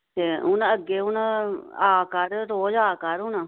अग्गें हून आ कर रोज़ आ कर हून